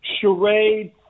charade